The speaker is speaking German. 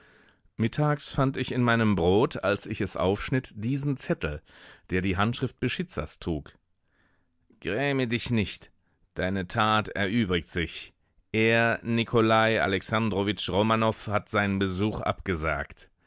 mittags fand ich in meinem brot als ich es aufschnitt diesen zettel der die handschrift beschitzers trug gräme dich nicht deine tat erübrigt sich er n ikolaj a lexandrowitsch r omanow hat seinen besuch abgesagt